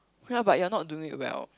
while but you are not doing it well